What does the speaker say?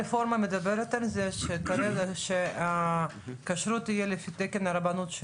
הרפורמה מדברת על זה שהכשרות תהיה לפי תקן הרבנות,